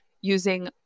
using